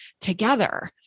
together